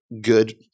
good